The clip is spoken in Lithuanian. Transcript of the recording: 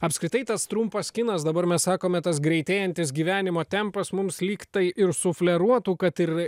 apskritai tas trumpas kinas dabar mes sakome tas greitėjantis gyvenimo tempas mums lyg tai ir sufleruotų kad ir